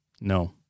No